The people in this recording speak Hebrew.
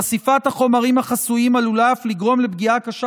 חשיפת החומרים החסויים עלולה אף לגרום לפגיעה קשה